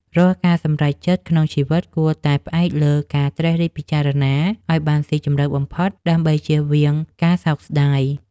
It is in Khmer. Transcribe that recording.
រាល់ការសម្រេចចិត្តក្នុងជីវិតគួរតែផ្អែកលើការត្រិះរិះពិចារណាឱ្យបានស៊ីជម្រៅបំផុតដើម្បីចៀសវាងការសោកស្តាយ។